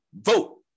vote